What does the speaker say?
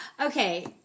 Okay